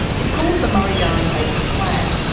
it's called the murray-darling basin plan,